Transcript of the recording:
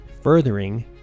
furthering